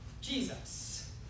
Jesus